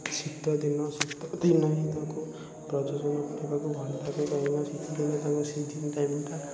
ଶୀତଦିନ ଶୀତଦିନ ହିଁ ତାକୁ ପ୍ରଜନନ କରିବାକୁ ଭଲଲାଗେ କାହିଁକିନା ଶୀତଦିନେ ତାଙ୍କ ସିଜନ୍ ଟାଇମ୍ଟା